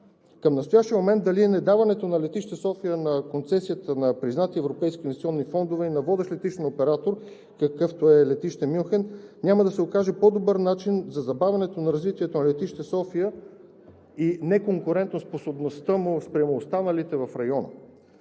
Към настоящия момент дали недаването на летище София на концесията на признати европейски инвестиционни фондове на водещ летищен оператор, какъвто е летище Мюнхен, няма да се окаже по-добър начин за забавянето на развитието на летище София и неконкурентоспособността му спрямо останалите в района?